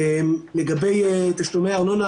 לגבי תשלומי הארנונה,